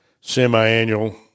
semi-annual